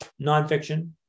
nonfiction